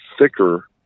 thicker